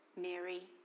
Mary